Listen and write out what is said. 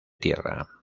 tierra